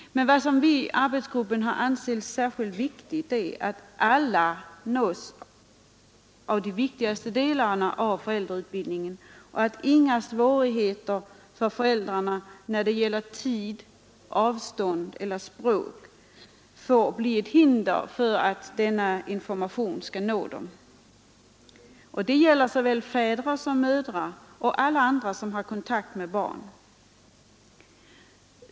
Men vad arbetsgruppen har ansett vara särskilt väsentligt är att alla nås av de viktigaste delarna av föräldrautbildningen. Inga svårigheter när det gäller tid, avstånd eller språk får utgöra hinder för att denna information når ut till föräldrarna. Det gäller såväl fäder och mödrar som alla andra som har kontakt med barn.